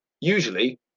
Usually